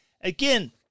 Again